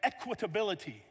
equitability